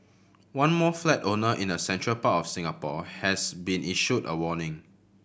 one more flat owner in the central part of Singapore has been issued a warning